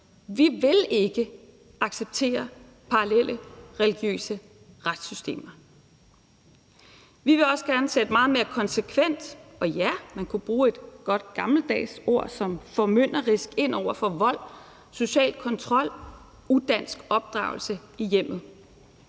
Vi vil ikke acceptere parallelle religiøse retssystemer. Vi vil også gerne sætte meget mere konsekvent, og ja, man kunne bruge et godt gammeldags ord som formynderisk, ind over for vold, social kontrol og udansk opdragelse i hjemmet.